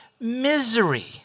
misery